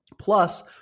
Plus